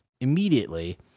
immediately